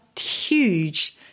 huge